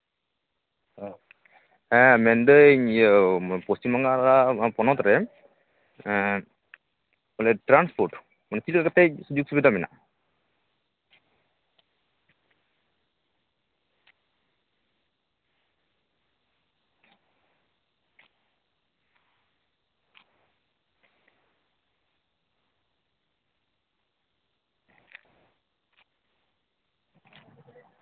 ᱦᱮᱸ ᱢᱮᱱᱫᱟᱹᱧ ᱤᱭᱟᱹ ᱯᱚᱥᱪᱤᱢ ᱵᱟᱝᱞᱟ ᱯᱚᱱᱚᱛ ᱨᱮ ᱢᱟᱱᱮ ᱴᱨᱟᱱᱥᱯᱳᱨᱴ ᱛᱤᱱᱟᱹᱜ ᱠᱟᱛᱮ ᱵᱤᱥᱤ ᱥᱩᱵᱤᱫᱟ ᱢᱮᱱᱟᱜᱼᱟ